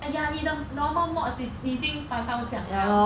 ah ya 你的 normal mode is 已经 five 到讲了